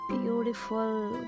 beautiful